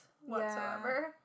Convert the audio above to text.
whatsoever